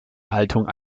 haltung